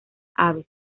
aves